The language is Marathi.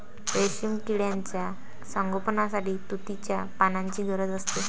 रेशीम किड्यांच्या संगोपनासाठी तुतीच्या पानांची गरज असते